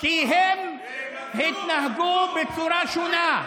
כי הם התנהגו בצורה שונה,